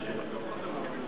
בסדר גמור.